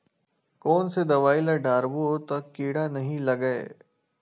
कोन से दवाई ल डारबो त कीड़ा नहीं लगय?